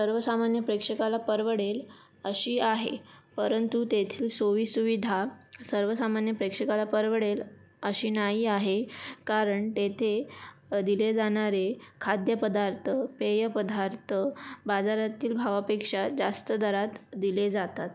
सर्वसामान्य प्रेक्षकाला परवडेल अशी आहे परंतु तेथील सोयीसुविधा सर्वसामान्य प्रेक्षकाला परवडेल अशी नाही आहे कारण तेथे दिले जाणारे खाद्यपदार्थ पेयपदार्थ बाजारातील भावापेक्षा जास्त दरात दिले जातात